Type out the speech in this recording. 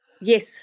Yes